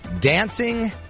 dancing